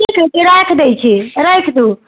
ठीक छै फिर राखि देय छी राखि दु